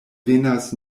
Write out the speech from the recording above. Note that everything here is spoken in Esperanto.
venas